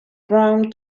brown